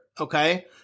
okay